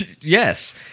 Yes